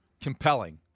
compelling